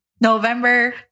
November